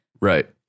Right